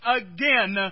again